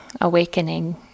awakening